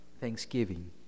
thanksgiving